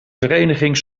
vereniging